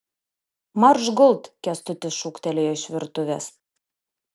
marš gult kęstutis šūktelėjo iš virtuvės